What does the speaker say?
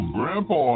Grandpa